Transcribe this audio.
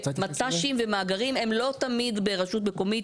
ומט"שים ומאגרים הם לא תמיד ברשות מקומית.